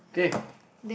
okay